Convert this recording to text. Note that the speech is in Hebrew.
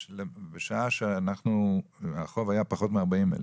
בשעה שהחוב היה פחות מ-40,000,